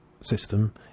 system